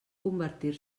convertir